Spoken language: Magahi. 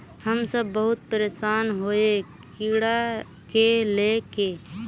हम सब बहुत परेशान हिये कीड़ा के ले के?